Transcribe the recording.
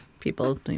People